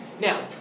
Now